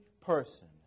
person